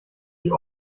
die